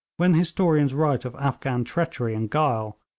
when historians write of afghan treachery and guile,